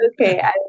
okay